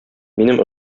минем